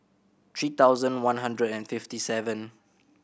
three thousand one hundred and fifty seven